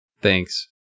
Thanks